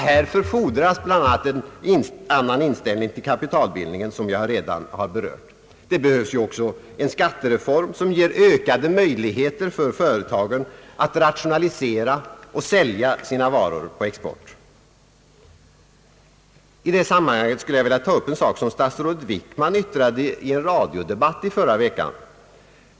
Härför fordras bl.a. en annan inställning till kapitalbildningen, som jag redan har berört. Det behövs också en skattereform som ger ökade möjligheter för företagen att rationalisera och sälja sina varor på export. I detta sammanhang skulle jag vilja ta upp en sak som statsrådet Wickman yttrade i en radiodebatt i förra veckan.